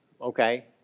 okay